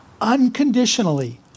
unconditionally